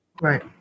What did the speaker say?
Right